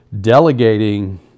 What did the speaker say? delegating